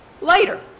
Later